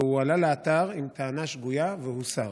והוא עלה לאתר עם טענה שגויה והוסר.